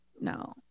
no